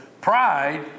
pride